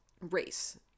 race